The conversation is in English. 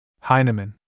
Heinemann